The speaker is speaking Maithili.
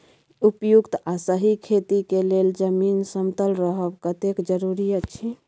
उपयुक्त आ सही खेती के लेल जमीन समतल रहब कतेक जरूरी अछि?